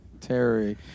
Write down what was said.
terry